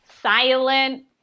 silent